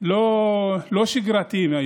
לא שגרתיים.